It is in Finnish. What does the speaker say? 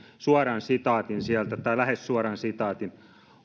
suoran sitaatin tai lähes suoran sitaatin